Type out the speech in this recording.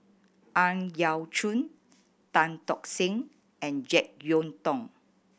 Ang Yau Choon Tan Tock Seng and Jek Yeun Thong